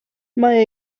mae